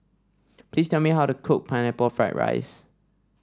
please tell me how to cook Pineapple Fried Rice